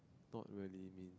not really mean